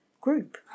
group